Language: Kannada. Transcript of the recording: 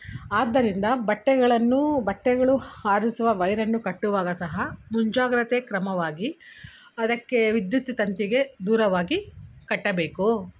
ಆದ್ದರಿಂದ ಬಟ್ಟೆಗಳನ್ನು ಬಟ್ಟೆಗಳು ಹಾರಿಸುವ ವೈರನ್ನು ಕಟ್ಟುವಾಗ ಸಹ ಮುಂಜಾಗ್ರತೆ ಕ್ರಮವಾಗಿ ಅದಕ್ಕೆ ವಿದ್ಯುತ್ ತಂತಿಗೆ ದೂರವಾಗಿ ಕಟ್ಟಬೇಕು